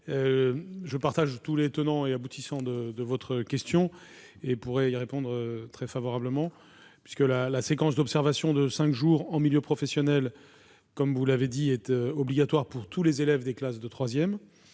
je partage tous les tenants et aboutissants de votre question et pourrai y répondre très favorablement. Comme vous le savez, la séquence d'observation de cinq jours en milieu professionnel est obligatoire pour tous les élèves des classes de troisième,